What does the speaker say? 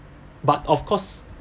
but of course